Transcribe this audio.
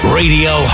radio